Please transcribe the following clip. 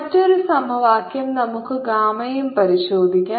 മറ്റൊരു സമവാക്യം നമുക്ക് ഗാമയും പരിശോധിക്കാം